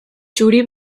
txuri